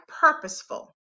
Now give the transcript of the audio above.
purposeful